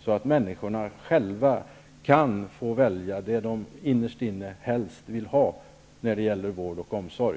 så att människorna själva kan få välja det de innerst inne helst vill ha när det gäller vård och omsorg.